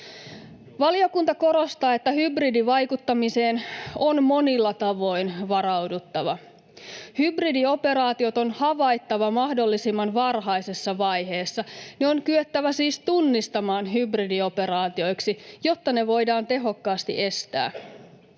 Valiokunta korostaa, että hybridivaikuttamiseen on monilla tavoin varauduttava. Hybridioperaatiot on havaittava mahdollisimman varhaisessa vaiheessa. Ne on kyettävä siis tunnistamaan hybridioperaatioiksi, jotta ne voidaan tehokkaasti estää.